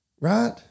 right